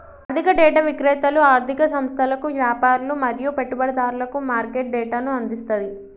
ఆర్థిక డేటా విక్రేతలు ఆర్ధిక సంస్థలకు, వ్యాపారులు మరియు పెట్టుబడిదారులకు మార్కెట్ డేటాను అందిస్తది